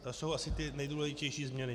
To jsou asi ty nejdůležitější změny.